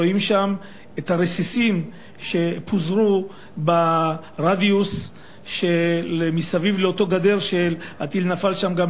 רואים שם את הרסיסים שפוזרו ברדיוס שמסביב לאותה גדר שהטיל נפל לידה,